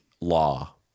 law